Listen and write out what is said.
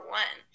one